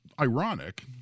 ironic